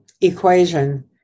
equation